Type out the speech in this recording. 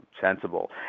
sensible